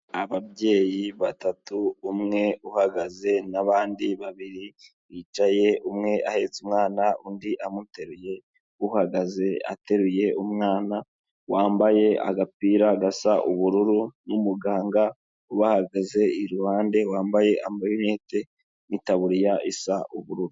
Ababyeyi batatu, umwe uhagaze n'abandi babiri bicaye, umwe ahetse umwana undi amuteruye, uhagaze ateruye umwana, wambaye agapira gasa ubururu n'umuganga ubahagaze iruhande wambaye amarinete n'itaburiya isa ubururu.